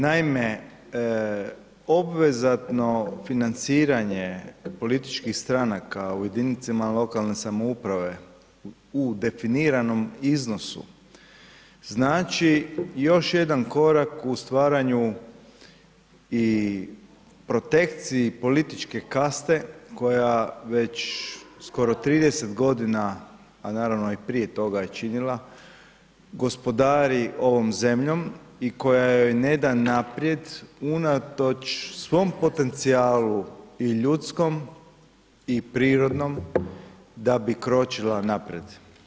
Naime, obvezatno financiranje političkih stranaka u jedinicama lokalne samouprave u definiranom iznosu, znači još jedan korak u stvaranju i protekciji političke kaste koja već skoro trideset godina, a naravno i prije toga je činila, gospodari ovom zemljom, i koja joj ne da naprijed, unatoč svom potencijalu, i ljudskom, i prirodnom da bi kročila naprijed.